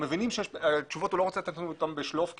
אנחנו מבינים שהוא לא רוצה לתת לנו תשובות בשלוף,